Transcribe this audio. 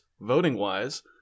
voting-wise